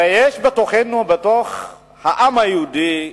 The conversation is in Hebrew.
הרי יש בתוכנו, בתוך העם היהודי,